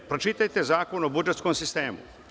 Pročitajte Zakon o budžetskom sistemu.